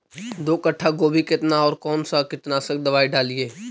दो कट्ठा गोभी केतना और कौन सा कीटनाशक दवाई डालिए?